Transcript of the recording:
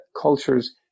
cultures